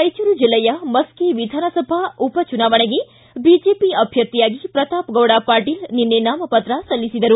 ರಾಯಚೂರು ಜಿಲ್ಲೆಯ ಮಸ್ತಿ ವಿಧಾನಸಭಾ ಉಪಚುನಾವಣೆಗೆ ಬಿಜೆಪಿ ಅಭ್ಯರ್ಥಿಯಾಗಿ ಪ್ರತಾಪಗೌಡ ಪಾಟೀಲ್ ನಿನ್ನೆ ನಾಮಪತ್ರ ಸಲ್ಲಿಸಿದರು